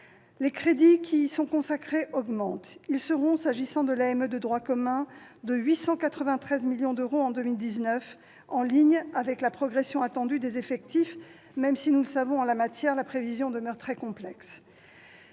Les crédits qui y sont consacrés augmentent ; ils s'élèveront, en ce qui concerne l'AME de droit commun, à 893 millions d'euros en 2019, en ligne avec la progression attendue des effectifs, même si, en la matière, la prévision demeure très complexe.